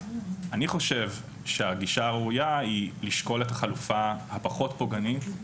אני חושב שהגישה הראויה היא לשקול את החלופה הפחות פוגענית,